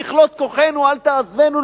ככלות כוחנו אל תעזבנו,